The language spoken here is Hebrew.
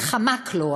זה חמק לו,